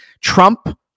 Trump